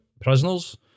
prisoners